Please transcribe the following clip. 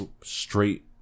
straight